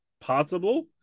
possible